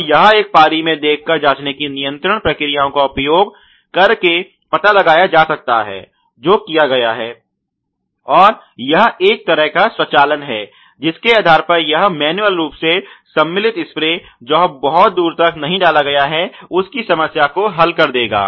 और यह एक पारी में देखकर जाँचने की नियंत्रण प्रक्रियाओं का उपयोग करके पता लगाया जा सकता है जो किया गया है और यह एक तरह का स्वचालन है जिसके आधार पर यह मैन्युअल रूप से सम्मिलित स्प्रे जो बहुत दूर तक नहीं डाला गया है उसकी समस्या को हल करेगा